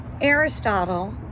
Aristotle